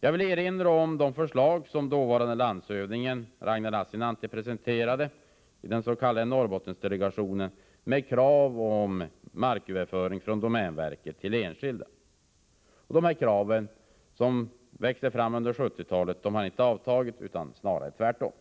Jag vill erinra om de förslag som dåvarande landshövdingen Ragnar Lassinantti presenterade i den s.k. Norrbottendelegationen, med krav på överföring av mark från domänverket till enskilda. Dessa krav, som växte fram under 1970-talet, har inte avtagit, snarare tvärtom.